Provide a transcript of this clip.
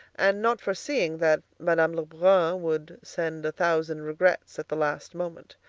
and not foreseeing that madame lebrun would send a thousand regrets at the last moment.